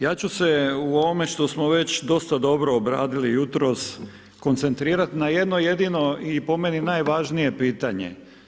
Ja ću se u ovome što smo već dosta dobro obradili jutros, koncentrirati na jedno jedino i po meni najvažnije pitanje.